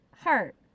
heart